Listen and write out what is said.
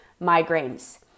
migraines